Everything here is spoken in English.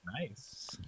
Nice